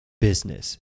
business